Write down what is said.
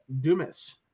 Dumas